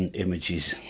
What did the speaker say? and images